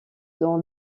dans